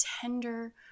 tender